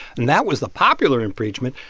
and that was the popular impeachment.